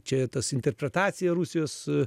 čia tas interpretacija rusijos